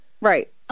Right